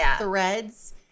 threads